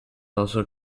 also